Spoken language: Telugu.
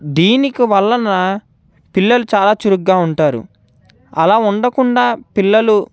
దీనికి వలన పిల్లలు చాలా చురుకుగా ఉంటారు అలా ఉండకుండా పిల్లలు